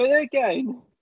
again